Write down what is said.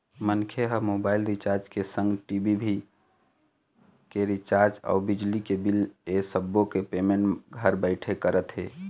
मनखे ह mobile recharge के संग टी.भी के रिचार्ज अउ बिजली के बिल ऐ सब्बो के पेमेंट घर बइठे करत हे